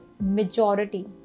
Majority